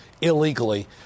illegally